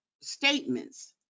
statements